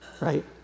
right